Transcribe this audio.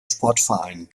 sportverein